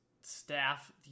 staff